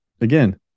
again